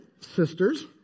sisters